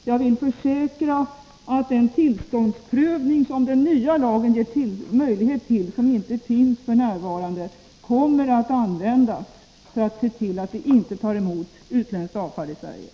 Jag vill försäkra att den tillståndsprövning som den nya lagen ger möjlighet till, som inte finns f. n., kommer att användas för att se till att vi inte tar emot utländskt avfall i Sverige.